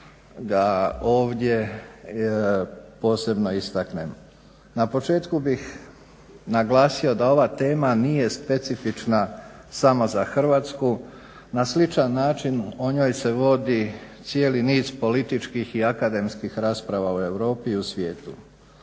ga ovdje posebno istaknem. Na početku bih naglasio da ova tema nije specifična samo za Hrvatsku, na sličan način o njoj se vodi cijeli niz političkih i akademskih rasprava u Europi i u svijetu.